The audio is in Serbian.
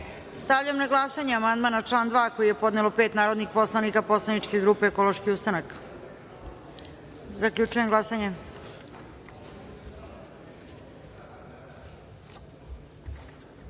na glasanje amandman na član 2. koji je podnelo pet narodnih poslanika poslaničke grupe Ekološki ustanak. Zaključujem glasanje: